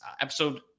episode